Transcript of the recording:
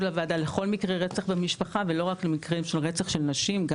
הוועדה לכל מקרי רצח במשפחה ולא רק למקרים של רצח של נשים.